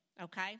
Okay